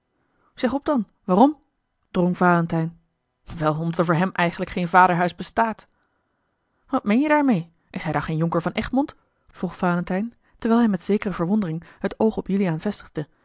zeg op dan waarom drong valentijn wel omdat er voor hem eigenlijk geen vaderhuis bestaat wat meen je daarmeê is hij dan geen jonker van egmond vroeg valentijn terwijl hij met zekere verwondering het oog op juliaan vestigde